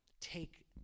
take